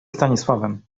stanisławem